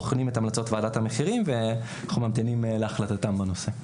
בוחנים את המלצות ועדת המחירים ואנחנו ממתינים להחלטתם בנושא.